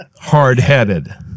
hard-headed